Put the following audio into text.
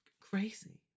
Crazy